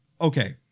okay